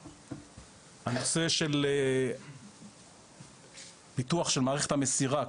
הנושא של פיתוח של מערכת המסירה,